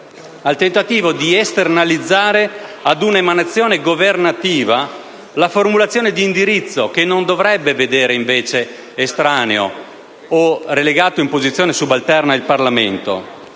al tentativo di esternalizzare ad un'emanazione governativa la formulazione di un indirizzo che non dovrebbe vedere invece estraneo, o relegato in posizione subalterna, il Parlamento.